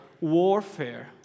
warfare